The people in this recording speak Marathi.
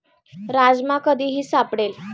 राजमा कधीही सापडेल